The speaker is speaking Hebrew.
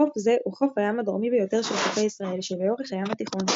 חוף זה הוא חוף הים הדרומי ביותר של חופי ישראל שלאורך הים התיכון,